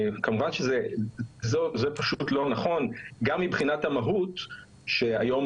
כמובן שזה פשוט לא נכון גם מבחינת המהות שהיום